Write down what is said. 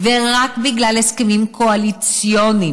ורק בגלל הסכמים קואליציוניים